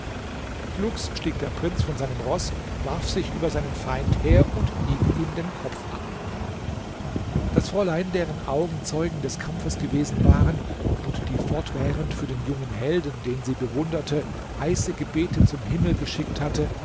flugs stieg der prinz von seinem roß warf sich über seinen feind her und hieb ihm den kopf ab das fräulein deren augen zeugen des kampfes gewesen waren und die fortwährend für den jungen helden den sie bewunderte heiße gebete zum himmel geschickt hatte